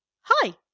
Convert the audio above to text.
hi